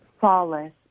solace